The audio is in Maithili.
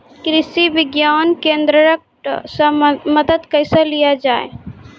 कृषि विज्ञान केन्द्रऽक से मदद कैसे लिया जाय?